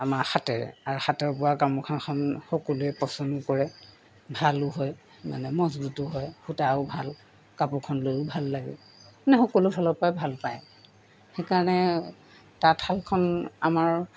আমাৰ হাতেৰে আৰু হাতে বোৱা গামোচাখন সকলোৱে পচন্দো কৰে ভালো হয় মানে মজবুতো হয় সূতাও ভাল কাপোৰখন লৈও ভাল লাগে মানে সকলো ফালৰ পৰাই ভাল পায় সেইকাৰণে তাঁতশালখন আমাৰ